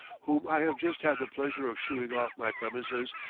whom i have just had the pleasure of shooing off my premises,